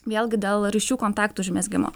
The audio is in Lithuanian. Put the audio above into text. vėlgi dėl ryšių kontaktų užmezgimo